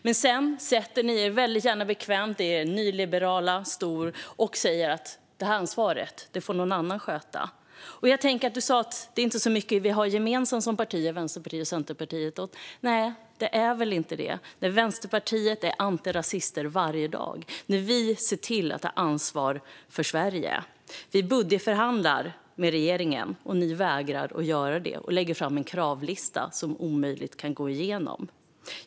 Men sedan sätter ni er väldigt gärna bekvämt i er nyliberala stol och säger att någon annan får ta ansvaret. Du sa, Jonny Cato Hansson, att det inte finns så mycket som Vänsterpartiet och Centerpartiet har gemensamt som partier. Nej, det finns väl inte det. Vänsterpartiet är antirasister varje dag. Vi ser till att ta ansvar för Sverige. Vi budgetförhandlar med regeringen. Ni vägrar att göra det och lägger fram en kravlista som omöjligt kan gå igenom.